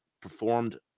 performed